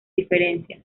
diferencias